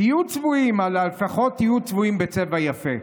תהיו צבועים, אבל לפחות תהיו צבועים בצבע יפה.